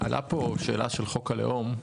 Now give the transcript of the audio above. עלתה פה שאלה של חוק הלאום.